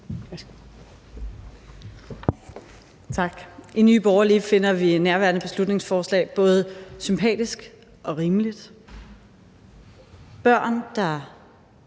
I Nye Borgerlige finder vi nærværende beslutningsforslag både sympatisk og rimeligt.